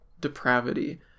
depravity